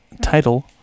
title